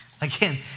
Again